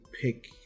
pick